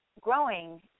growing